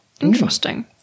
interesting